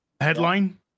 headline